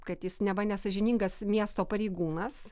kad jis neva nesąžiningas miesto pareigūnas